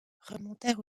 remontèrent